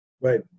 Right